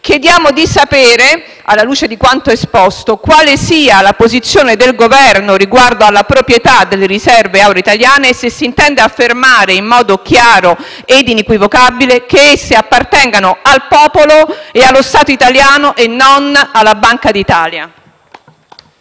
chiediamo di sapere, alla luce di quanto esposto, quale sia la posizione del Governo riguardo alla proprietà delle riserve auree italiane e se si intenda affermare in modo chiaro e inequivocabile che esse appartengono al popolo e allo Stato italiano e non alla Banca d'Italia.